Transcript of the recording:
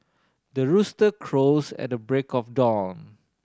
the rooster crows at the break of dawn